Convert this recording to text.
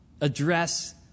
address